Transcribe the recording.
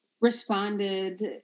responded